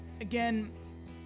again